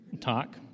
talk